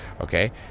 okay